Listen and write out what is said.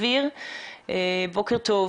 בוקר טוב.